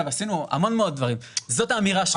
ועשינו המון דברים זאת האמירה שלך,